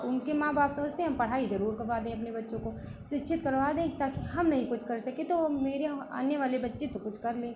उनके माँ बाप सोचते हैं हम पढ़ाई ज़रूर करवा दें अपने बच्चों को शिक्षित करवा दें कि ताकि हम नहीं कुछ कर सके तो वह मेरे हं आने वाले बच्चे तो कुछ कर लें